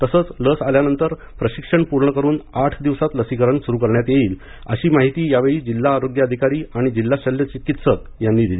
तसंच लस आल्यानंतर प्रशिक्षण पूर्ण करून आठ दिवसात लसीकरण सुरू करण्यात येईल अशी माहिती यावेळी जिल्हा आरोग्य अधिकारी आणि जिल्हा शल्य चिकित्सक यांनी दिली